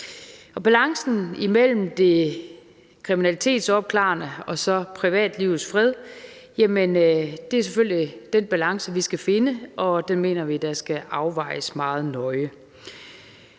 Balancen mellem det kriminalitetsopklarende og privatlivets fred er selvfølgelig den balance, vi skal finde, og den mener vi skal afvejes meget nøje.